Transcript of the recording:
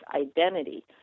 identity